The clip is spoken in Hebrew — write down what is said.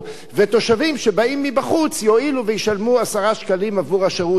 ותושבים שבאים מבחוץ יואילו וישלמו 10 שקלים עבור השירות הזה.